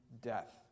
death